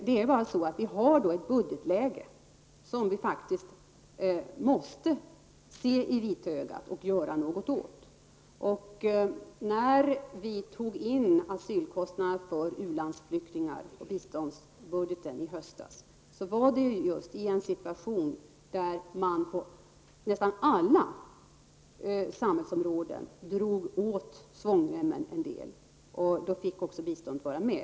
Det är bara så att vi har ett budgetläge som vi faktiskt måste se i vitögat och göra något åt. När vi i höstas tog in asylkostnaderna för u-landsflyktingar i biståndsbudgeten var det just i en situation där man på nästan alla samhällsområden drog åt svångremmen en del. Då fick också biståndet vara med.